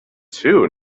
two